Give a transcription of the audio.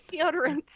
Deodorant